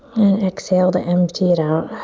exhale to empty it out.